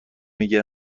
میگه